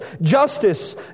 justice